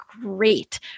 great